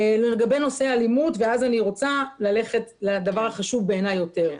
לגבי נושא אלימות ואז אני אלך לדבר שבעיניי הוא החשוב יותר.